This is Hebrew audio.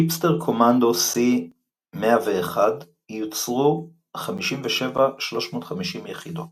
"Jeepster Commando C101", יוצרו 57,350 יחידות